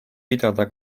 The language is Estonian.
pidada